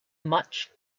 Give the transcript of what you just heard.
much